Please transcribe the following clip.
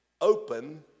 Open